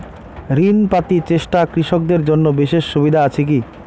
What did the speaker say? ঋণ পাতি চেষ্টা কৃষকদের জন্য বিশেষ সুবিধা আছি কি?